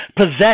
possess